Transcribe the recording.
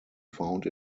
found